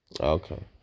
Okay